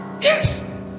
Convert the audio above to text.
Yes